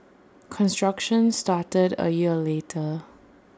construction started A year later